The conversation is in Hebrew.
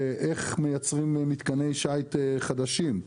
איך מייצרים מתקני שיט חדשים.